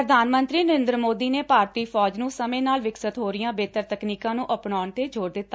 ਪ੍ਰਧਾਨ ਮੰਤਰੀ ਨਰੇਂਦਰ ਮੋਦੀ ਨੇ ਭਾਰਤੀ ਫੌਜ ਨੂੰ ਸਮੇਂ ਨਾਲ ਵਿਕਸਤ ਹੋ ਰਹੀਆਂ ਬਿਹਤਰ ਤਕਨੀਕ ਨੂੰ ਅਪਣਾਉਣ ਤੇ ਜੋਰ ਦਿੱਤਾ